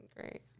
great